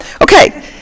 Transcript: Okay